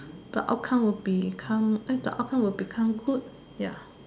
the outcome will become the outcome will become good ya